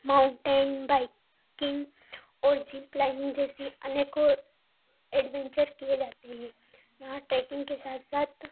mountain biking और और zip lining जैसी अनेकों एडवेंचर किए जाते हैं यहाँ ट्रैकिंग के साथ साथ